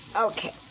Okay